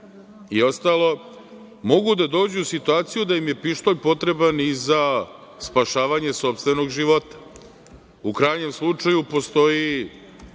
i ostalo, mogu da dođu u situaciju da im je pištolj potreban i sa spasavanje sopstvenog života.U krajnjem slučaju postoji